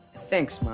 thanks, mom.